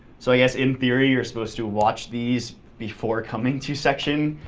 so i guess, in theory, you're supposed to watch these before coming to section,